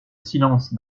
silence